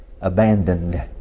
Abandoned